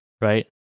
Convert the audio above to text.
right